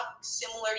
similar